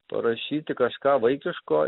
parašyti kažką vaikiško